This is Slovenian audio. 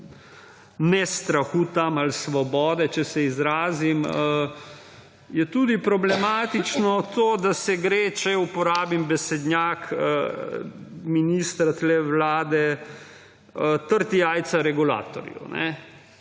ne strahu tam ali svobode, če se tako izrazim, je tudi problematično to, da se gre, če uporabim besednjak ministra te vlade, »treti jajca regulatorju«.